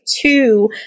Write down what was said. two